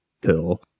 Pill